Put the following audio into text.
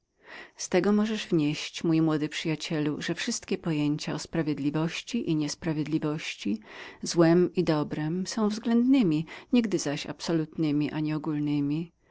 z tego możesz wnieść mój młody przyjacielu że wszystkie pojęcia o słusznem i niesłusznem złem i dobrem są względnemi nigdy zaś absolutnemi czyli ogólnemi